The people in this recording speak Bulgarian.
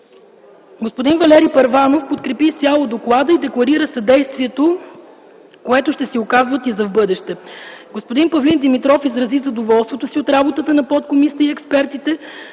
Господин Валери Първанов подкрепи изцяло доклада и декларира съдействието, което ще си оказват за в бъдеще. Господин Павлин Димитров изрази задоволството си от работата на подкомисията и експертите,